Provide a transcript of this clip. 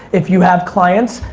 if you have clients,